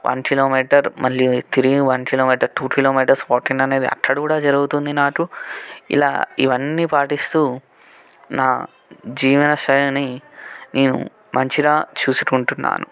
one kilometre మళ్ళీ తిరిగి one kilometre two kilometres walking అనేది అక్కడ కూడా జరుగుతుంది నాకు ఇలా ఇవన్నీ పాటిస్తూ నా జీవనశైలిని నేను మంచిగా చూసుకుంటున్నాను